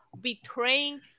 betraying